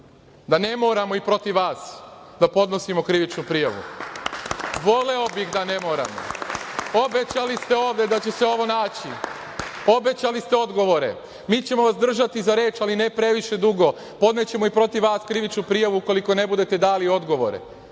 da ne moramo i protiv vas da podnosimo krivičnu prijavu. Voleo bih da ne moramo. Obećali ste ovde da će se ovo naći. Obećali ste odgovore. Mi ćemo vas držati za reč, ali ne previše dugo. Podnećemo i protiv vas krivičnu prijavu ukoliko ne budete dali odgovore.